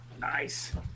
Nice